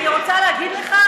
אני רוצה להגיד לך,